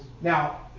Now